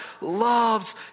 loves